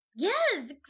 Yes